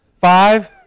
Five